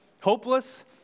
hopeless